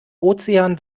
ozean